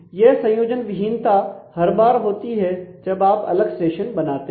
यह संयोजनविहीनता हर बार होती है जब आप अलग सेशन बनाते हैं